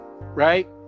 right